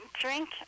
drink